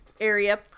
area